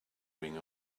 ring